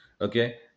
Okay